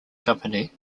company